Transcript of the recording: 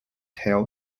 tail